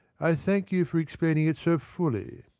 i thank you for explaining it so fully.